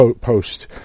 post